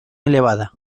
elevada